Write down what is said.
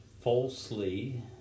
falsely